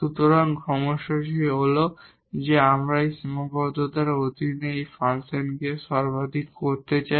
সুতরাং সমস্যা হল যে আমরা এই সীমাবদ্ধতার অধীনে এই ফাংশনকে সর্বাধিক করতে চাই